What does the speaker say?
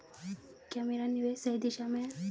क्या मेरा निवेश सही दिशा में है?